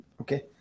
Okay